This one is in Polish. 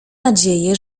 nadzieję